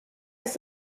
ist